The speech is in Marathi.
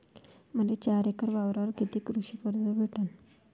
मले चार एकर वावरावर कितीक कृषी कर्ज भेटन?